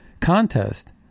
contest